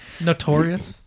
Notorious